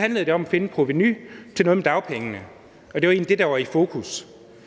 handlede det om at finde et provenu i forbindelse med noget om dagpengene, og det var egentlig det, der var i fokus.